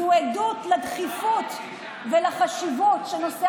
זו עדות לדחיפות ולחשיבות של נושא